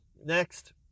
Next